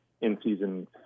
in-season